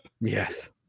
Yes